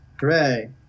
Hooray